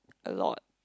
a lot